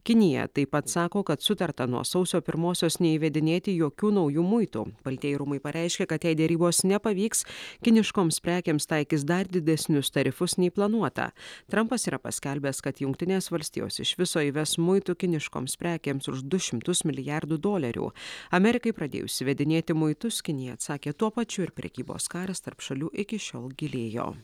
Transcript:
kinija taip pat sako kad sutarta nuo sausio pirmosios neįvedinėti jokių naujų muitų baltieji rūmai pareiškė kad jei derybos nepavyks kiniškoms prekėms taikys dar didesnius tarifus nei planuota trampas yra paskelbęs kad jungtinės valstijos iš viso įves muitų kiniškoms prekėms už du šimtus milijardų dolerių amerikai pradėjus įvedinėti muitus kinija atsakė tuo pačiu ir prekybos karas tarp šalių iki šiol gilėjo